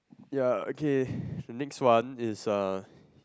ya okay the next one is uh